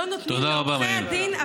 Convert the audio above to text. שלא נותנים לעורכי הדין הפרטיים,